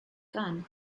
gun